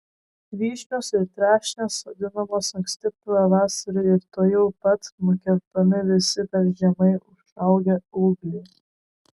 vyšnios ir trešnės sodinamos anksti pavasarį ir tuojau pat nukerpami visi per žemai užaugę ūgliai